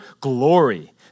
glory